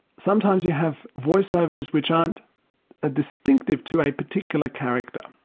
sometimes you have voiceovers which aren't ah distinctive to a particular character.